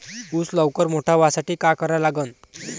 ऊस लवकर मोठा व्हासाठी का करा लागन?